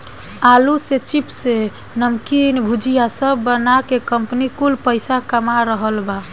आलू से चिप्स, नमकीन, भुजिया सब बना के कंपनी कुल पईसा कमा रहल बा